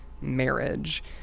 marriage